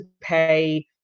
pay